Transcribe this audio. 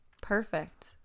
perfect